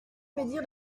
médire